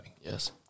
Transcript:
Yes